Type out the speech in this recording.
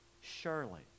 Surely